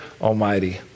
Almighty